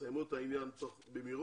יסיימו את העניין במהירות